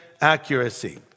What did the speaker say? accuracy